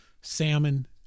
salmon